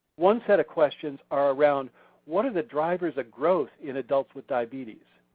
one set of questions are around what are the drivers of growth in adults with diabetes.